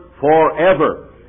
forever